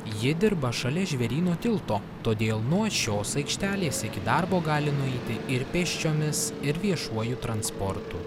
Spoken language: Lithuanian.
ji dirba šalia žvėryno tilto todėl nuo šios aikštelės iki darbo gali nueiti ir pėsčiomis ir viešuoju transportu